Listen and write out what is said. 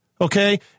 Okay